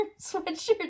sweatshirt